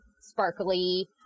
sparkly